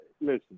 Listen